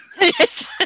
Yes